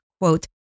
quote